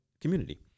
Community